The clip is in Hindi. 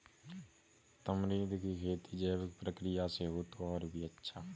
तमरींद की खेती जैविक प्रक्रिया से हो तो और भी अच्छा